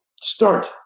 start